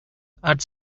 add